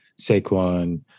Saquon